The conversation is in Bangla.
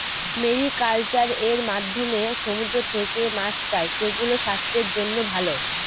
মেরিকালচার এর মাধ্যমে সমুদ্র থেকে মাছ পাই, সেগুলো স্বাস্থ্যের জন্য ভালো